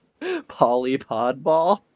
Polypodball